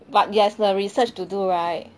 but it has a research to do right